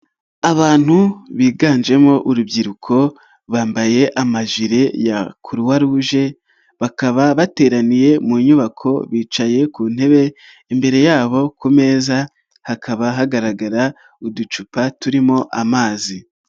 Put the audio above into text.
Abantu biganjemo urubyiruko bambaye amajire ya Croix rouge, bakaba bateraniye mu nyubako bicaye ku ntebe, imbere yabo ku meza hakaba hagaragara uducupa turimo amazi.